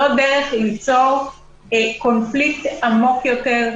זו דרך ליצור קונפליקט עמוק יותר,